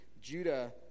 Judah